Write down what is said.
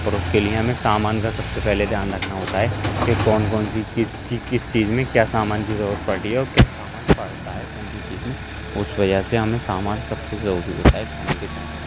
اور اس کے لیے ہمیں سامان کا سب سے پہلے دھیان رکھنا ہوتا ہے کہ کون کون سی کس کس چیز میں کیا سامان کی ضرورت پڑی ہے اور کیا سامان پڑتا ہے کون سی چیز میں اس وجہ سے ہمیں سامان سب سے ضروری ہوتا ہے کھانے کے ٹائم میں